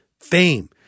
Fame